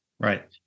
Right